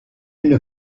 une